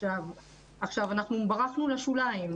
עכשיו אנחנו ברחנו לשוליים.